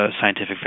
scientific